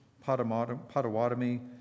Potawatomi